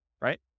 right